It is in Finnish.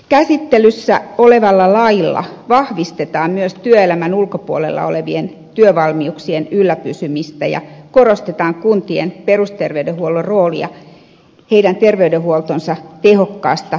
käsittelyssä olevalla lailla vahvistetaan myös työelämän ulkopuolella olevien työvalmiuksien ylläpitämistä ja korostetaan kuntien perusterveydenhuollon roolia heidän terveydenhuoltonsa tehokkaassa järjestämisessä